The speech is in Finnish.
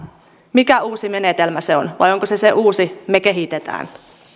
mikä uusi menetelmä se on vai onko se se uusi me kehitetään